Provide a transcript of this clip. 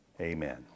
amen